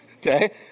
Okay